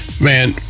man